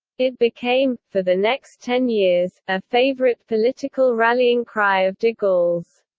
it became, for the next ten years, a favourite political rallying cry of de gaulle's.